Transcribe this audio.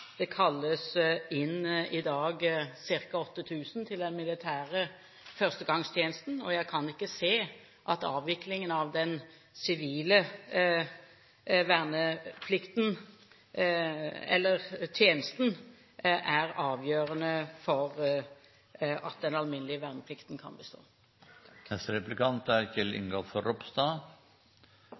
Det kalles i dag inn ca. 8 000 til den militære førstegangstjenesten, og jeg kan ikke se at avviklingen av den sivile vernetjenesten er avgjørende for at den alminnelige verneplikten kan bestå.